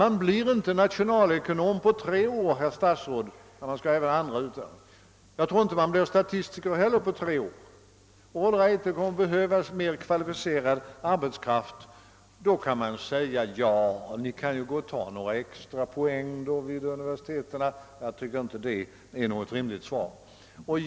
Man blir inte nationalekonom på tre år, herr statsråd, och jag tror inte heller att man blir statistiker på tre år. Det kommer alltså att behövas mer kvalificerad arbetskraft. Jag tycker inte att det är något rimligt svar att man då kan säga till vederbörande: Ni kan ju gå och ta några extra poäng vid universitetet.